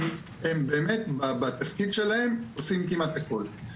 הם באמת בתפקיד שלהם עושים כמעט הכל.